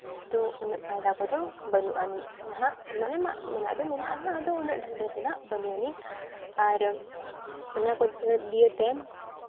ᱫᱚ ᱩᱱᱟᱹᱜ ᱯᱷᱟᱭᱫᱟ ᱠᱚᱫᱚ ᱵᱟᱹᱱᱩᱜ ᱟᱹᱱᱤᱡ ᱱᱟᱦᱟᱜ ᱢᱟᱱᱮ ᱢᱮᱱᱟᱜ ᱫᱚ ᱢᱮᱱᱟᱜᱼᱟ ᱟᱫᱚ ᱩᱱᱟᱹᱜ ᱰᱷᱮᱨ ᱫᱚ ᱦᱟᱸᱜ ᱵᱟᱹᱱᱩᱜ ᱟᱹᱱᱤᱡ ᱟᱨ ᱚᱱᱟ ᱠᱚ ᱫᱤᱭᱮ ᱛᱮ